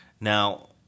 Now